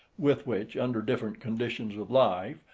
with which, under different conditions of life,